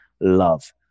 love